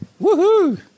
Woohoo